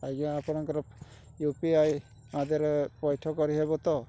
ଆଜ୍ଞା ଆପଣଙ୍କର ୟୁପିଆଇ ଆଦରେ ପୈଠ କରିହେବ ତ